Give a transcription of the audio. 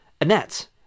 Annette